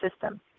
system